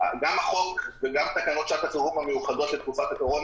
גם החוק וגם תקנות שעת החירום המיוחדות לתקופת הקורונה